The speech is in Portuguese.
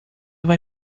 vai